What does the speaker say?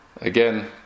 again